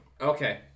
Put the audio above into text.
Okay